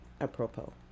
apropos